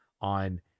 on